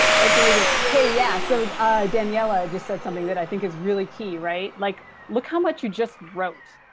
that's amazing. hey, yeah. so daniella just said something that i think is really key right. like look how much you just wrote.